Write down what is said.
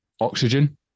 oxygen